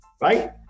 right